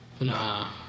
Nah